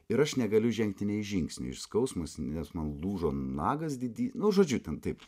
ir aš negaliu žengti nei žingsnio iš skausmo nes man lūžo nagas didy nu žodžiu ten taip